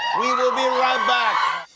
we will be right back!